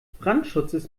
brandschutzes